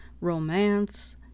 romance